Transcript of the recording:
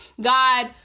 God